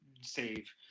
Save